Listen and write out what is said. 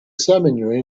seminary